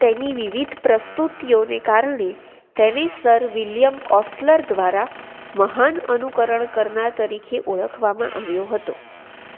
તેની વિવિધ પ્રસ્તુતિઓને કારણે તેને સર વિલિયમ ઓસ્લર દ્વારા મહાન અનુકરણ કરનાર તરીકે ઓળખવામાં આવ્યો હતો